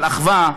על אחווה,